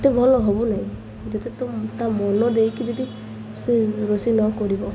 ଏତେ ଭଲ ହେବନି ଯେତେ ତ ତା ମନ ଦେଇକି ଯଦି ସେ ରୋଷେଇ ନ କରିବ